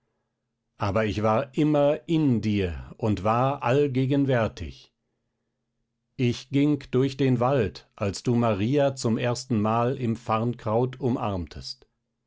aber ich war immer in dir und war allgegenwärtig ich ging durch den wald als du maria zum erstenmal im farnkraut umarmtest